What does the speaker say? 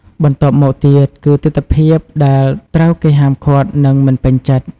បន្ទាប់មកទៀតគឺទិដ្ឋភាពដែលត្រូវគេហាមឃាត់ និងមិនពេញចិត្ត។